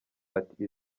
ati